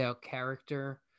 character